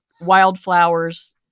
wildflowers